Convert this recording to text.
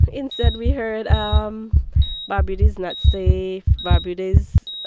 instead, we heard, um barbuda is not safe. barbuda is